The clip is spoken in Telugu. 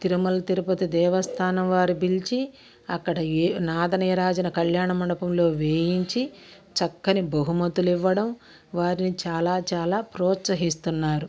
తిరుమల తిరుపతి దేవస్థానం వారు పిలిచి అక్కడ నాదనీరాజన కళ్యాణ మండపంలో వేయించి చక్కని బహుమతులు ఇవ్వటం వారిని చాలా చాలా ప్రోత్సహిస్తున్నారు